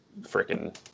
freaking